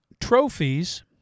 Trophies